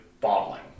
bottling